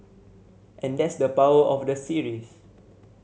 and that's the power of the series